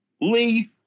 Lee